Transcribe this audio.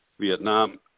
Vietnam